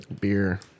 Beer